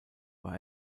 war